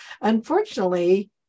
unfortunately